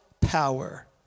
power